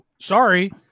sorry